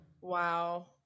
Wow